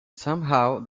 somehow